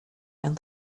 and